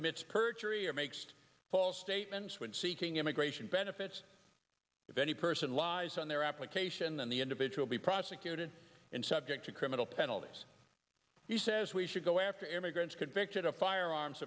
commits perjury or makes false statements when seeking immigration benefits if any person lies on their application then the individual be prosecuted and subject to criminal penalties he says we should go after immigrants convicted of firearms